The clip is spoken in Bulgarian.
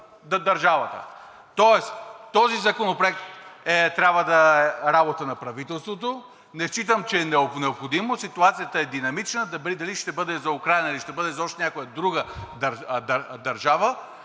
Тоест този Законопроект трябва да е работа на правителството. Не считам, че е необходимо, ситуацията е динамична – дали ще бъде за Украйна, или ще бъде за още някоя друга държава,